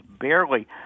barely